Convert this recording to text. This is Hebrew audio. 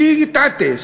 שיתעשת,